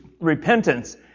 repentance